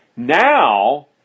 Now